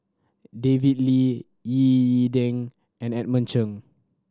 David Lee Ying E Ding and Edmund Cheng